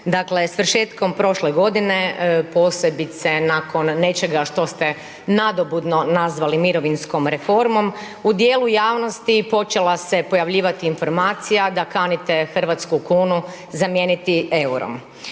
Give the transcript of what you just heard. dakle svršetkom prošle godine posebice nakon nečega što ste nadobudno nazvali mirovinskom reformom, u djelu javnosti počela se pojavljivati informacija da kanite hrvatsku kunu zamijeniti eurom.